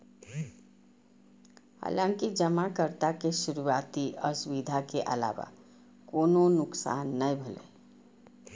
हालांकि जमाकर्ता के शुरुआती असुविधा के अलावा कोनो नुकसान नै भेलै